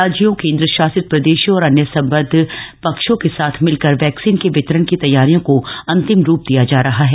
राज्यों केंद्रशासित प्रदेशों और अन्य संबद्ध पक्षों के साथ मिलकर वैक्सीन के वितरण की तैयारियों को अंतिम रूप दिया जा रहा है